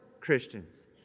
Christians